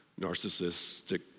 narcissistic